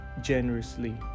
generously